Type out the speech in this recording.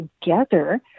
together